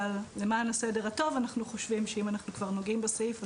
למען הסדר הטוב אנחנו חושבים שאם אנחנו כבר נוגעים בסעיף,